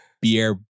beer